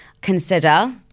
consider